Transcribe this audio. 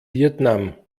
vietnam